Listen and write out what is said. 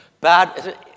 Bad